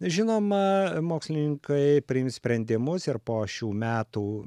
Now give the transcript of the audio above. žinoma mokslininkai priims sprendimus ir po šių metų